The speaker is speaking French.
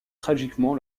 tragiquement